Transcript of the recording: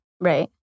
Right